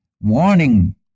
warning